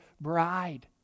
bride